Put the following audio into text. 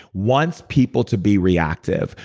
wants people to be reactive,